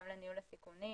גם לניהול הסיכונים,